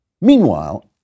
Meanwhile